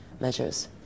measures